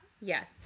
Yes